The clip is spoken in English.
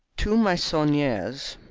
two meissoniers,